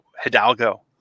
Hidalgo